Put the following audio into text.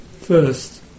first